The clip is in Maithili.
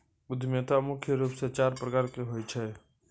उद्यमिता मुख्य रूप से चार प्रकार के होय छै